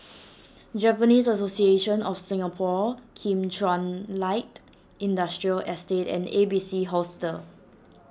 Japanese Association of Singapore Kim Chuan Light Industrial Estate and A B C Hostel